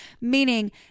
meaning